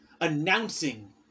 announcing